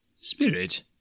Spirit